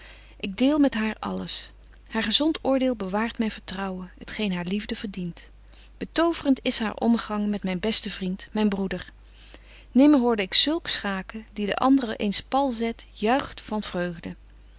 ik deel met haar alles haar gezont oordeel bewaart myn vertrouwen t geen haar liefde verdient betoverent is haar ommegang met myn besten vriend myn broeder nimmer hoorde ik zulk schaken die de andre eens pal zet juicht van vreugt